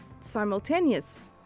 simultaneous